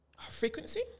frequency